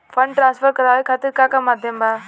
Fund transfer करवाये खातीर का का माध्यम बा?